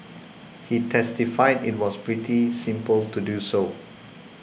he testified it was pretty simple to do so